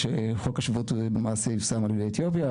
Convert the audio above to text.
שחוק השבות למעשה יושם על יהודי אתיופיה,